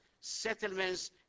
settlements